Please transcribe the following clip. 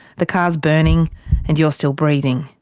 the car is burning and you're still breathing.